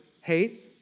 hate